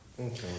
Okay